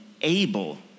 able